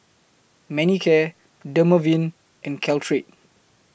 Manicare Dermaveen and Caltrate